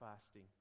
fasting